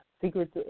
Secrets